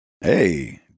hey